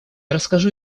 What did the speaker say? расскажу